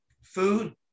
food